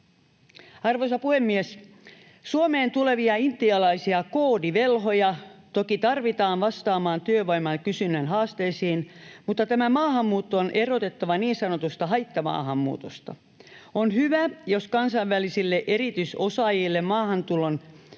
Arvoisa puhemies! Suomeen tulevia intialaisia koodivelhoja toki tarvitaan vastaamaan työvoiman kysynnän haasteisiin, mutta tämä maahanmuutto on erotettava niin sanotusta haittamaahanmuutosta. On hyvä, jos kansainvälisille erityisosaajille maahantulon